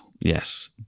Yes